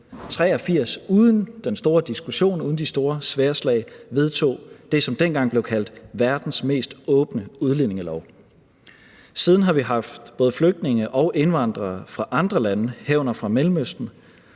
1983 uden den store diskussion, uden de store sværdslag, vedtog det, som dengang blev kaldt verdens mest åbne udlændingelov. Siden har vi haft både flygtninge og indvandrere fra andre lande, herunder fra Mellemøsten,